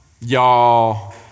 y'all